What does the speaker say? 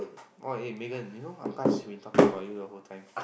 oh eh Megan you know Akash have been talking about you the whole time